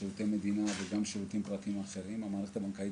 שירותי מדינה וגם שירותים פרטיים אחרים המערכת הבנקאית